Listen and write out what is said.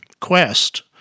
quest